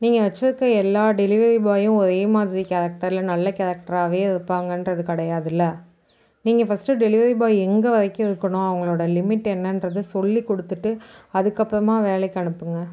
நீங்கள் வச்சுருக்க எல்லா டெலிவரி பாயும் ஒரே மாதிரி கேரக்டரில் நல்ல கேரக்டராகவே இருப்பாங்கங்றது கிடையாதுல்ல நீங்கள் ஃபர்ஸ்டு டெலிவரி பாய் எங்கே வரைக்கும் இருக்கணும் அவர்களோட லிமிட் என்னென்றத சொல்லிக் கொடுத்துட்டு அதுக்கப்புறமா வேலைக்கு அனுப்புங்கள்